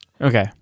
Okay